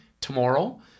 tomorrow